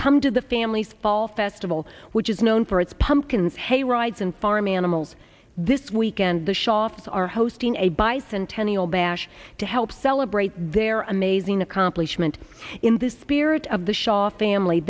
come to the family's fall festival which is known for its pumpkins hayrides and farm animals this weekend the shofar hosting a bicentennial bash to help celebrate their amazing accomplishment in the spirit of the shaw family